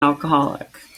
alcoholic